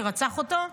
שרצח אותו,